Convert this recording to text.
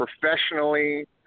professionally